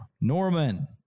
Norman